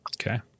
Okay